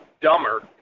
dumber